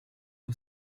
for